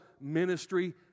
ministry